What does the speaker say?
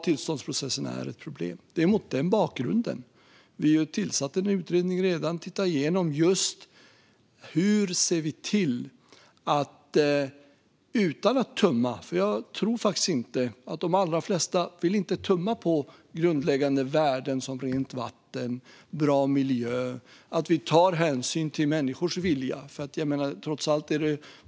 Tillståndsprocessen är ett problem, och därför har vi tillsatt en utredning som ska titta på hur man utan att tumma på grundläggande värden som rent vatten och bra miljö tar hänsyn till människors vilja.